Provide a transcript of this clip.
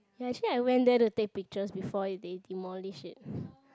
ya actually I went there to take pictures before it they demolished it